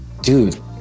Dude